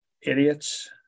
Idiots